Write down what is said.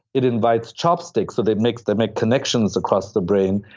it invites chopsticks, so they make they make connections across the brain,